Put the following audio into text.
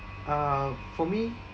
uh for me